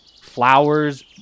flowers